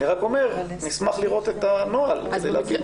אני רק אומר שנשמח לראות את הנוהל כדי להבין.